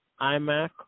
IMAC